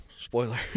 Spoiler